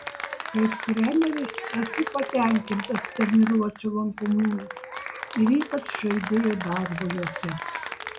kaip treneris esu patenkintas treniruočių lankomumu ir ypač žaidėjų darbu jose